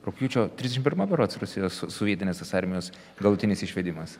rugpjūčio trisdešim pirma berods rusijos sovietinės tos armijos galutinis išvedimas